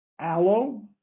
aloe